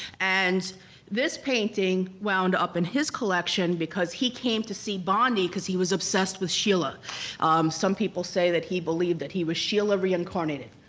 and this painting wound up in his collection because he came to see bondi cause he was obsessed with schiele. ah some people say that he believed that he was schiele ah reincarnated.